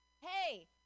Hey